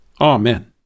Amen